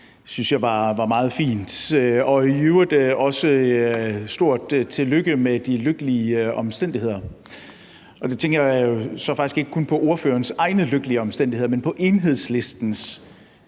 det syntes jeg var meget fint. I øvrigt også stort tillykke med de lykkelige omstændigheder, og der tænker jeg jo så faktisk ikke kun på ordførerens egne lykkelige omstændigheder, men på Enhedslistens